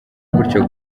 gutyo